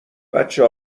بچه